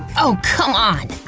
oh c'mon.